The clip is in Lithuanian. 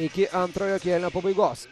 iki antrojo kėlinio pabaigos